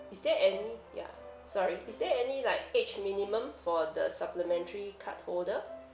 is there any ya sorry is there any like age minimum for the supplementary card holder